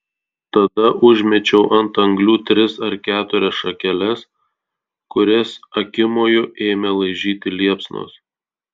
tada užmečiau ant anglių tris ar keturias šakeles kurias akimoju ėmė laižyti liepsnos